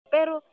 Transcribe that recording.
Pero